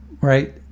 right